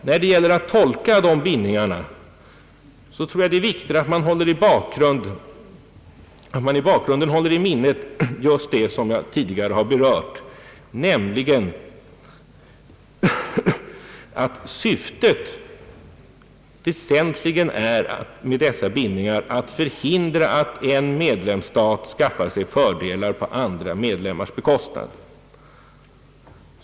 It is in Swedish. När det gäller att tolka dessa bindningar är det viktigt att hålla deras bakgrund i minnet, det som jag tidigare berört, nämligen att syftet med dem är att förhindra att en medlemsstat skaffar sig fördelar på andra medlemmars bekostnad.